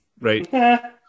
Right